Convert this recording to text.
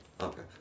Okay